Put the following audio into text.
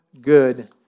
Good